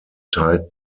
tight